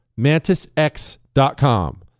MantisX.com